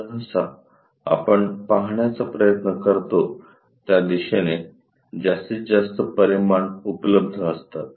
सहसा आपण पहाण्याचा प्रयत्न करतो त्या दिशेने जास्तीत जास्त परिमाण उपलब्ध असतात